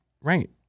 Right